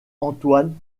antoine